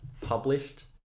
published